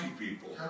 people